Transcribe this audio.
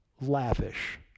lavish